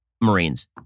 Marines